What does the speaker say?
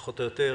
פחות או יותר,